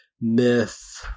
myth